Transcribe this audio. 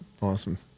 awesome